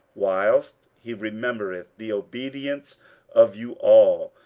whilst he remembereth the obedience of you all,